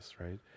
right